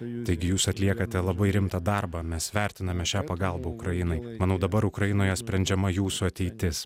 taigi jūs atliekate labai rimtą darbą mes vertiname šią pagalbą ukrainai manau dabar ukrainoje sprendžiama jūsų ateitis